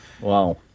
Wow